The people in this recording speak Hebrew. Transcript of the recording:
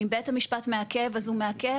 ואם בית המשפט מעכב אז הוא מעכב,